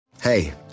Hey